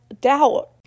doubt